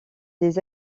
des